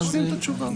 תשלים את התשובה.